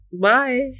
Bye